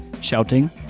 Shouting